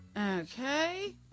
Okay